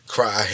Cry